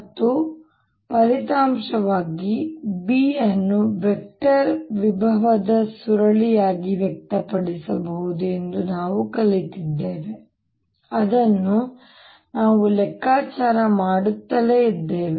ಮತ್ತು ಆದ್ದರಿಂದ ಫಲಿತಾಂಶವಾಗಿ B ಅನ್ನು ವೆಕ್ಟರ್ ವಿಭವದ ಸುರುಳಿಯಾಗಿ ವ್ಯಕ್ತಪಡಿಸಬಹುದು ಎಂದು ನಾವು ಕಲಿತಿದ್ದೇವೆ ಅದನ್ನು ನಾವು ಲೆಕ್ಕಾಚಾರ ಮಾಡುತ್ತಲೇ ಇದ್ದೇವೆ